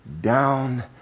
down